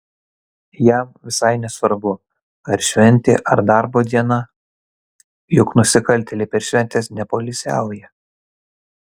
jam visai nesvarbu ar šventė ar darbo diena juk nusikaltėliai per šventes nepoilsiauja